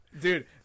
Dude